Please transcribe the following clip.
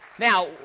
Now